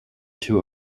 two